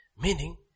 Meaning